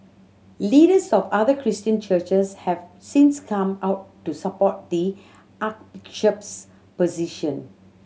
leaders of other Christian churches have since come out to support the position